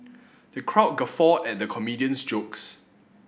the crowd guffawed at the comedian's jokes